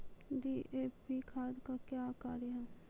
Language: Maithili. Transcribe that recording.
डी.ए.पी खाद का क्या कार्य हैं?